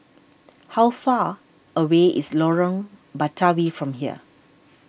how far away is Lorong Batawi from here